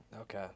okay